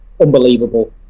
unbelievable